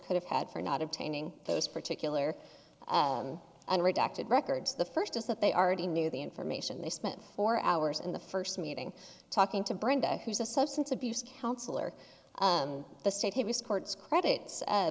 could have had for not obtaining those particular and redacted records the first is that they already knew the information they spent four hours in the first meeting talking to brenda who's a substance abuse counselor the state he was courts credit